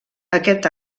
aquest